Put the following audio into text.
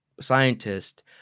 scientist